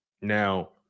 Now